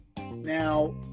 Now